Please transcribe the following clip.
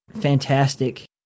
fantastic